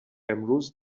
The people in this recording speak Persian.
امروز